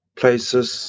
places